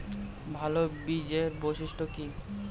ভাল বীজের বৈশিষ্ট্য কী?